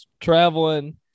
traveling